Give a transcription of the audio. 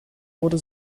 wurde